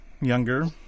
younger